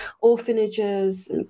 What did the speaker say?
orphanages